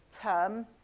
term